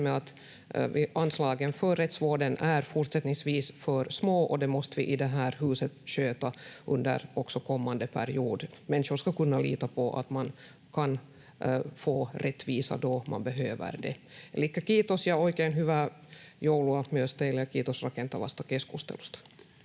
att anslagen för rättsvården fortsättningsvis är för små, och det måste vi i det här huset sköta under också kommande period. Människor ska kunna lita på att man kan få rättvisa då man behöver det. Elikkä kiitos ja oikein hyvää joulua myös teille ja kiitos rakentavasta keskustelusta.